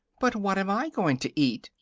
but what am i going to eat?